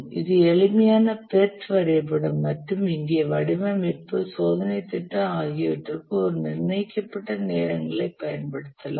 இது எளிமையான PERT வரைபடம் மற்றும் இங்கே வடிவமைப்பு சோதனைத் திட்டம் ஆகியவற்றிற்கு ஒரு நிர்ணயிக்கப்பட்ட நேரங்களைப் பயன்படுத்தலாம்